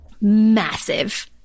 massive